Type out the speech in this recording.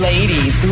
Ladies